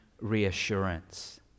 reassurance